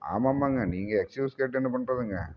ஆமாமாங்க நீங்கள் எக்ஸ்க்யூஸ் கேட்டு என்ன பண்ணுறதுங்க